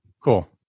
Cool